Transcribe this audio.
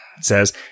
says